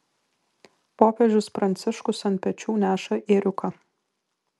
popiežius pranciškus ant pečių neša ėriuką